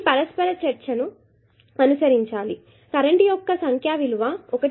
ఈ పరస్పర చర్చను అనుసరించండి కరెంట్ యొక్క సంఖ్యా విలువ 1